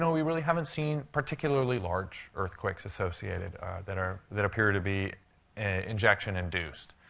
we really haven't seen particularly large earthquakes associated that are that appear to be injection-induced.